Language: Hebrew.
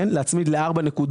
כן, להצמיד ל-4.4%.